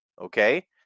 Okay